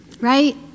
Right